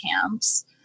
camps